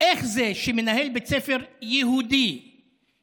איך זה שמנהל בית ספר יהודי שתועד